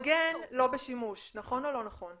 --- המגן לא בשימוש, נכון או לא נכון?